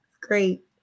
Great